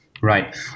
Right